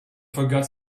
forgot